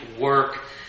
work